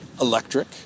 electric